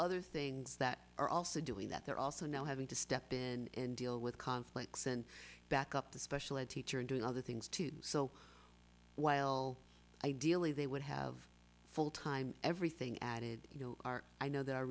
other things that are also doing that they're also now having to step in deal with conflicts and back up the special ed teacher and doing other things to do so while ideally they would have full time everything added you know i know th